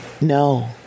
No